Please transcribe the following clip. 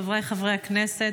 חבריי חברי הכנסת,